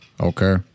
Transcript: Okay